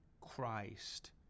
Christ